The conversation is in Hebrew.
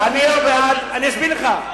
אני אסביר לך,